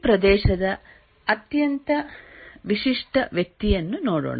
ಈ ಪ್ರದೇಶದ ಅತ್ಯಂತ ವಿಶಿಷ್ಟ ವ್ಯಕ್ತಿಯನ್ನು ನೋಡೋಣ